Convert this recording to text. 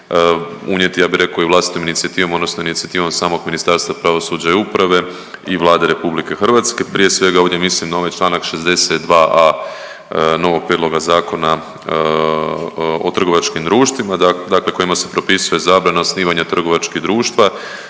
unijeti ja bih rekao i vlastitom inicijativom odnosno inicijativom samog Ministarstva pravosuđa i uprave i Vlade RH. Prije svega ovdje mislim na ovaj Članak 62a. novog Prijedloga Zakona o trgovačkim društvima, dakle kojima se propisuje zabrana osnivanja trgovačkih društva